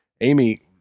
Amy